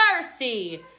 mercy